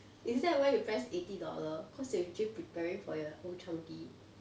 is that why you pressed eighty dollar because you actually preparing for your old chang kee